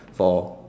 for